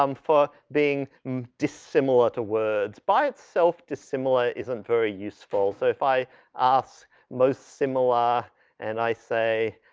um for being dissimilar to words. by itself dissimilar isn't very useful. so if i ask most similar and i say